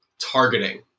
targeting